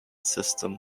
system